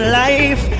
life